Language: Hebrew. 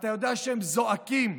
אתה יודע שהם זועקים.